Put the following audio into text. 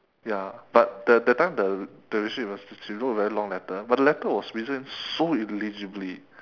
ya but the that time the relationship was she wrote a very long letter but the letter was written so illegibly